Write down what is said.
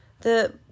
the